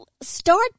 start